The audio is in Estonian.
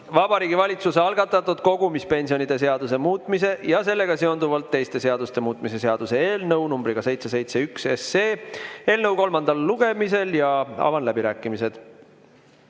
Vabariigi Valitsuse algatatud kogumispensionide seaduse muutmise ja sellega seonduvalt teiste seaduste muutmise seaduse eelnõu 771 kolmas lugemine. Avan läbirääkimised.